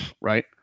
right